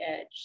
Edge